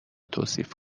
توصیف